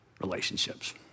relationships